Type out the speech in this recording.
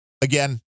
Again